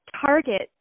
target